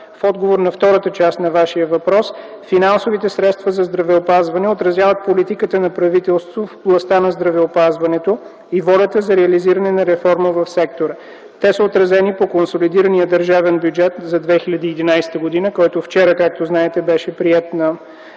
В отговор на втората част на Вашия въпрос - финансовите средства за здравеопазване отразяват политиката на правителството в областта на здравеопазването и волята за реализиране на реформа в сектора. Те са отразени по консолидирания държавен бюджет за 2011 г., който вчера, както знаете, беше приет на